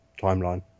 timeline